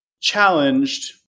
challenged